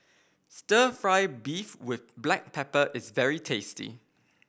stir fry beef with Black Pepper is very tasty